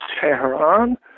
Tehran